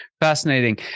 Fascinating